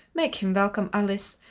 make him welcome, alice,